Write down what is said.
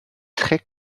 très